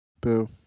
boo